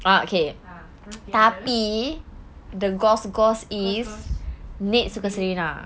a the golf course is next serena